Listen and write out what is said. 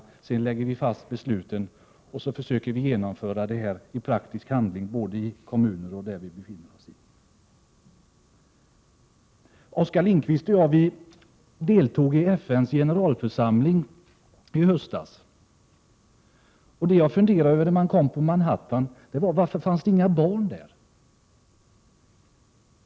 Därefter lägger vi fast politiken, och sedan försöker vi genomföra den i praktisk handling i kommuner eller där vi befinner oss. Oskar Lindkvist och jag deltog i FN:s generalförsamling i höstas. När vi kom till Manhattan funderade jag över varför det inte finns några barn där.